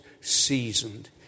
seasoned